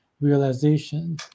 realization